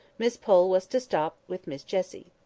miss pole was to stop with miss jessie.